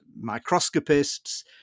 microscopists